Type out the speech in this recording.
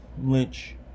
Lynch